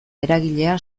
eragilea